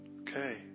okay